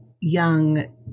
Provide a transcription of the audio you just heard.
young